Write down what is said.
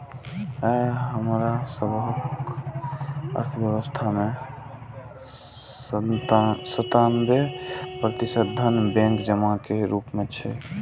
आइ हमरा सभक अर्थव्यवस्था मे सत्तानबे प्रतिशत धन बैंक जमा के रूप मे छै